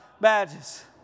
badges